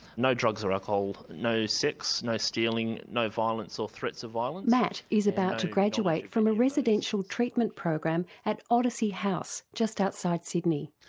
no drugs or alcohol, no sex, no stealing, no violence or threats of violence. matt is about to graduate from a residential treatment program at odyssey house just outside sydney.